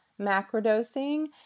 macrodosing